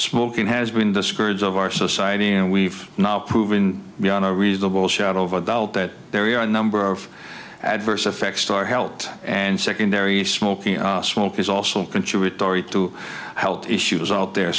smoking has been the scourge of our society and we've now proven beyond a reasonable shadow over doubt that there are a number of adverse effects are helped and secondary smoking smoke is also contributory to health issues out there